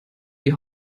die